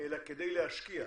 אלא כדי להשקיע.